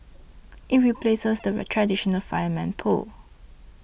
it replaces the traditional fireman's pole